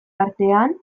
artean